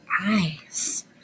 eyes